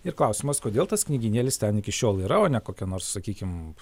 ir klausimas kodėl tas knygynėlis ten iki šiol yra o ne kokia nors sakykim